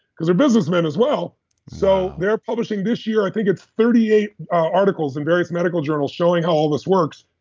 because they're businessmen as well so they are publishing this year, i think it's thirty eight articles in various medical journals showing how all this works.